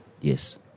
Yes